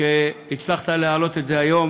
שהצלחת להעלות את זה היום,